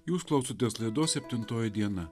jūs klausotės laidos septintoji diena